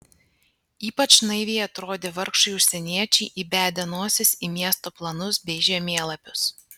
ypač naiviai atrodė vargšai užsieniečiai įbedę nosis į miesto planus bei žemėlapius